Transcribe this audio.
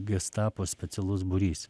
gestapo specialus būrys